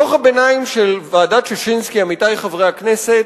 דוח הביניים של ועדת-ששינסקי, עמיתי חברי הכנסת,